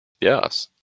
Yes